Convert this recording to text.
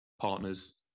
partners